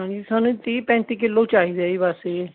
ਹਾਂਜੀ ਸਾਨੂੰ ਜੀ ਤੀਹ ਪੈਂਤੀ ਕਿਲੋ ਚਾਹੀਦਾ ਜੀ ਬਸ ਜੀ